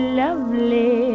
lovely